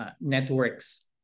networks